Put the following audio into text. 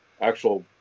actual